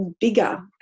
bigger